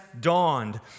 dawned